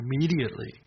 immediately